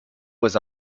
was